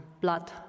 blood